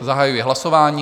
Zahajuji hlasování.